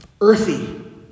earthy